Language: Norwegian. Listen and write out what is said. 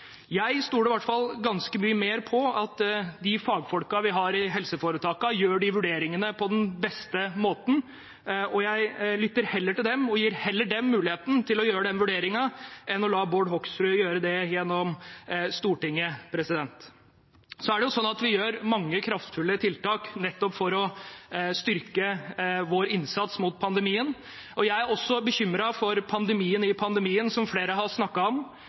Jeg stoler i hvert fall ganske mye mer på at de fagfolkene vi har i helseforetakene, gjør de vurderingene på den beste måten, og jeg lytter heller til dem og gir dem muligheten til å gjøre den vurderingen, enn at Bård Hoksrud gjør det gjennom Stortinget. Så er det slik at vi gjør mange kraftfulle tiltak nettopp for å styrke vår innsats mot pandemien. Jeg er også bekymret for pandemien i pandemien, som flere har snakket om.